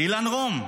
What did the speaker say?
אילן רום.